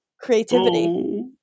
creativity